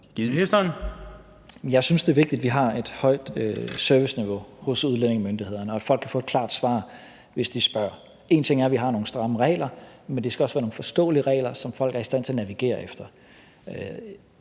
Jeg synes, det er vigtigt, at vi har et højt serviceniveau hos udlændingemyndighederne, og at folk kan få et klart svar, hvis de spørger. En ting er, at vi har nogle stramme regler, men det skal også være nogle forståelige regler, som folk er i stand til at navigere efter.